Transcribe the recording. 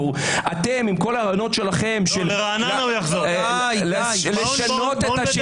ראיתי שהשמאל מוטרד